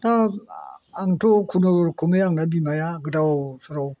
दा आंथ' खुनु रुखुमयै आंना बिमाया गोदाव सोराव